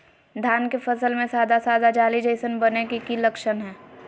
धान के फसल में सादा सादा जाली जईसन बने के कि लक्षण हय?